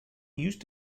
used